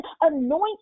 anoint